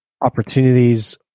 opportunities